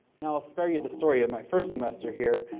now i'll spare you the story of my first semester here,